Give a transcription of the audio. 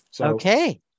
Okay